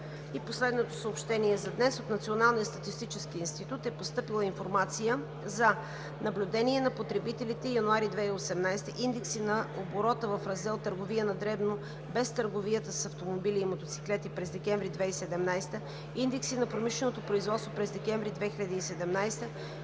по отбрана. От Националния статистически институт е постъпила информация за наблюдение на потребителите – януари 2018 г., индекси на оборота в раздел „Търговия на дребно“, без търговията с автомобили и мотоциклети през декември 2018 г.; индекси на промишленото производство през декември 2017